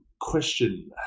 question